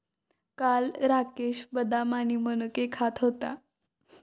काल राकेश बदाम आणि मनुके खात होता